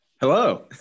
Hello